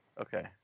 Okay